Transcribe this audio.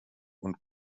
und